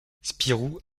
spirou